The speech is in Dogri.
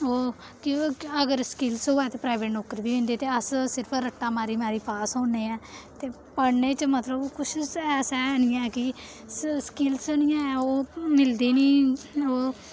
ओह् केह् अगर स्किलस होवै ते प्राइवेट नौकरी बी दिंदे ते अस सिर्फ रट्टा मारी मारियै पास होन्ने ऐ ते पढ़ने च मतलब कुछ ऐसा है निं ऐ कि स्किलस निं ऐ ओह् मिलदे निं ओह्